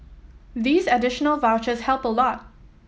these additional vouchers help a lot